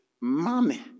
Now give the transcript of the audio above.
money